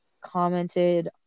commented